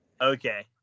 Okay